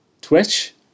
Twitch